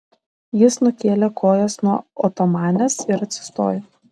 jis nukėlė kojas nuo otomanės ir atsistojo